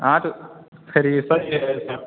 हाँ तो